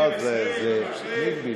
אהוד ברק הוא סיפור גדול תקשורתית,